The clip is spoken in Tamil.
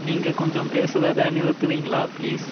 நீங்கள் கொஞ்சம் பேசுகிறத நிறுத்துகிறீங்களா பிளீஸ்